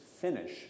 finish